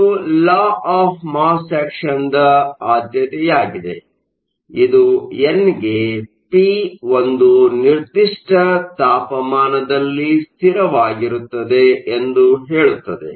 ಇದು law of mass ಆಕ್ಷನ್ನ ಆದ್ಯತೆಯಾಗಿದೆ ಇದು ಎನ್ ಗೆ ಪಿ ಒಂದು ನಿರ್ದಿಷ್ಟ ತಾಪಮಾನದಲ್ಲಿ ಸ್ಥಿರವಾಗಿರುತ್ತದೆ ಎಂದು ಹೇಳುತ್ತದೆ